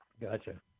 Gotcha